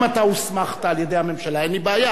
אם אתה הוסמכת על-ידי הממשלה אין לי בעיה.